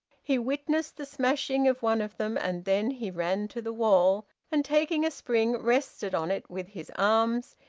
he witnessed the smashing of one of them, and then he ran to the wall, and taking a spring, rested on it with his arms,